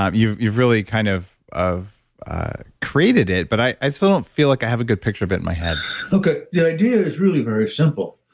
um you've you've really kind of created it, but i still don't feel like i have a good picture but my head okay, the idea is really very simple.